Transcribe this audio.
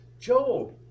Job